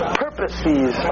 purposes